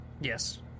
Yes